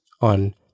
on